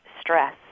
stress